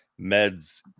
meds